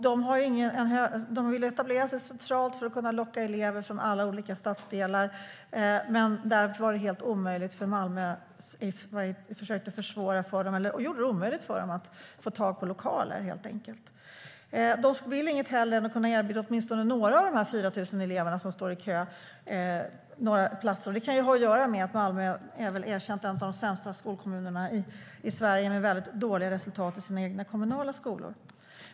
De ville etablera sig centralt för att kunna locka elever från alla stadsdelar, men det var helt omöjligt. Malmö gjorde det omöjligt för dem att få tag i lokaler, helt enkelt. De vill inget hellre än att kunna erbjuda åtminstone några av de 4 000 elever som står i kö plats. Det kan ju ha att göra med att det väl är erkänt att Malmö är en av de sämsta skolkommunerna i Sverige med väldigt dåliga resultat i sina kommunala skolor.